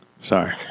Sorry